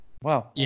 Wow